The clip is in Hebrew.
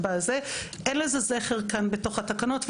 אין לזה זכר כאן בתוך התקנות,